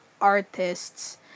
artists